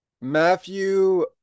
Matthew